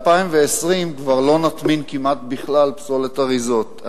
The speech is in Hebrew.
ב-2020 כבר לא נטמין כמעט בכלל פסולת אריזות.